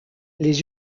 les